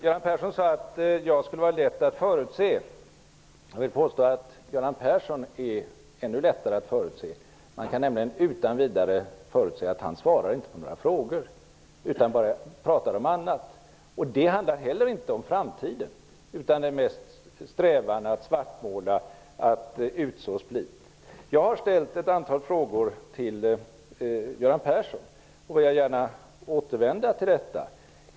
Göran Persson sade att jag var lätt att förutsäga. Jag vill påstå att Göran Persson är ännu lättare att förutsäga. Man kan nämligen utan vidare förutsäga att han inte svarar på några frågor utan bara pratar om annat. Och det han säger handlar inte heller om framtiden utan är mest en strävan att svartmåla och så split. Jag har ställt ett antal frågor till Göran Persson och vill gärna återvända till dem.